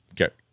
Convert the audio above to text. Okay